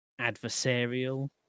adversarial